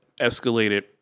escalated